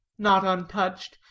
not untouched,